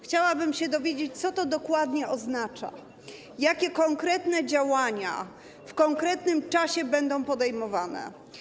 Chciałabym się dowiedzieć, co to dokładnie oznacza, jakie konkretne działania w konkretnym czasie będą podejmowane.